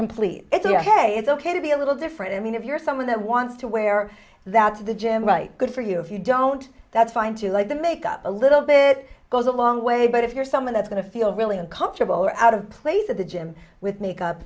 complete it's your head it's ok to be a little different i mean if you're someone that wants to wear that to the gym right good for you if you don't that's fine too like the make up a little bit goes a long way but if you're someone that's going to feel really uncomfortable or out of place at the gym with makeup